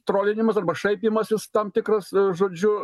trolinimas arba šaipymasis tam tikras žodžiu